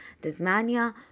Tasmania